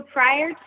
prior